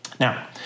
Now